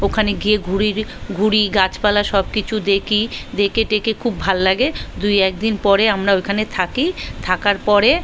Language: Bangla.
ওখানে গিয়ে ঘুরির ঘুরি গাছপালা সব কিছু দেখি দেখে টেখে খুব ভালো লাগে দুই একদিন পরে আমরা ওইখানে থাকি থাকার পরে